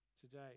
Today